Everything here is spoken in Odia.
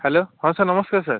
ହ୍ୟାଲୋ ହଁ ସାର୍ ନମସ୍କାର ସାର୍